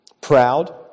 proud